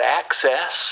access